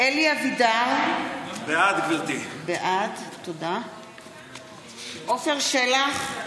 בעד אלי אבידר, בעד עפר שלח,